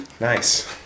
nice